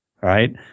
Right